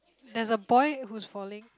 there's a boy who's falling